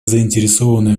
заинтересованные